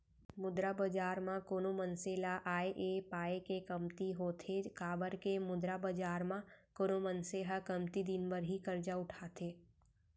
मुद्रा बजार म कोनो मनसे ल आय ऐ पाय के कमती होथे काबर के मुद्रा बजार म कोनो मनसे ह कमती दिन बर ही करजा उठाथे